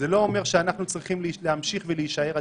לא אומר שאנחנו צריכים להמשיך ולהישאר אדישים.